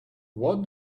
what